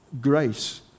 grace